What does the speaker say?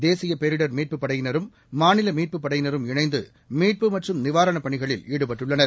தேசிய பேரிடர் மீட்பு படையினரும் மாநில மீட்பு படையினரும் இணைந்து மீட்பு மற்றும் நிவாரணப் பணிகளில் ஈடுபட்டுள்ளனர்